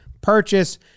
purchase